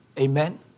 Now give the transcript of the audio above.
Amen